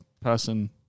person